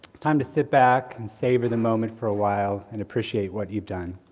time to sit back and savor the moment for a while, and appreciate what you've done.